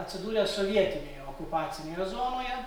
atsidūrė sovietinėje okupacinėje zonoje